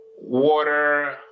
water